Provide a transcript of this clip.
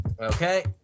okay